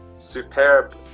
superb